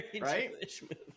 right